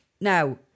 Now